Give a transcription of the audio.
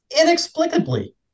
inexplicably